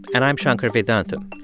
and i'm shankar vedantam.